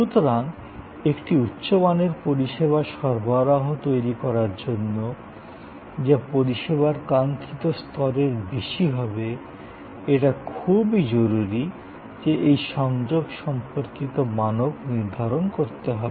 সুতরাং একটি উচ্চ মানের পরিষেবা সরবরাহ তৈরি করার জন্য যা পরিষেবার কাঙ্ক্ষিত স্তরের বেশি হবে এটা খুবই জরুরি যে এই সংযোগ সম্পর্কিত আদর্শ ক নির্ধারণ করতে হবে